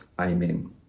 Amen